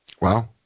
Wow